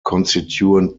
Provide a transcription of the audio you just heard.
constituent